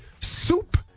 Soup